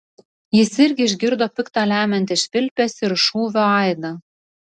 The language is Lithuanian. jis irgi išgirdo pikta lemiantį švilpesį ir šūvio aidą